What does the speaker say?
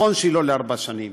נכון שהיא לא לארבע שנים,